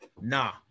Nah